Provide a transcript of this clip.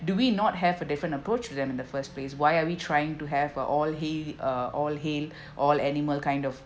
do we not have a different approach with them in the first place why are we trying to have uh all hai~ uh all hail all animal kind of